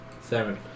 Seven